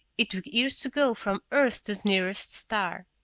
it took years to go from earth to the nearest star.